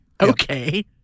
okay